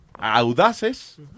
audaces